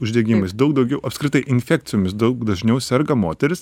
uždegimais daug daugiau apskritai infekcijomis daug dažniau serga moterys